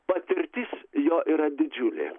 patirtis jo yra didžiulė